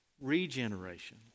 Regeneration